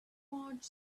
marge